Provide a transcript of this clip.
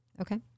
okay